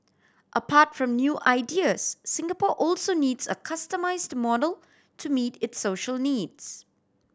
apart from new ideas Singapore also needs a customised model to meet its social needs